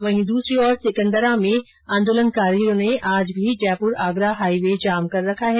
वहीं दूसरी ओर सिकंदरा में आदोलनकारियों ने आज भी जयपुर आगरा हाईवे जाम कर रखा है